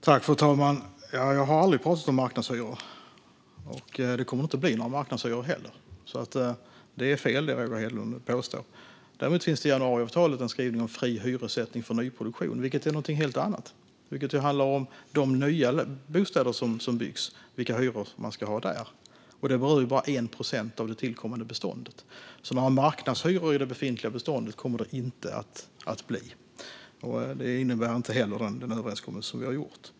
Fru talman! Jag har aldrig pratat om marknadshyror, och det kommer inte heller att bli några marknadshyror. Det som Roger Hedlund påstår är därför fel. Däremot finns det i januariavtalet en skrivning om fri hyressättning för nyproduktion, vilket är någonting helt annat. Det handlar om vilka hyror man ska ha i de nya bostäder som byggs, vilket bara berör 1 procent av det tillkommande beståndet. Några marknadshyror i det befintliga beståndet kommer det alltså inte att bli, och det innebär inte heller den överenskommelse vi har gjort.